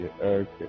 okay